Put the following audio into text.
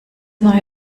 neue